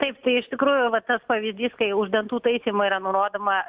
taip tai iš tikrųjų va tas pavyzdys kai už dantų taisymą yra nurodoma